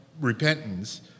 repentance